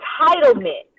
entitlement